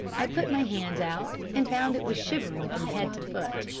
i put my hand out and found it was shivering from head to foot.